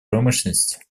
промышленности